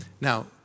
Now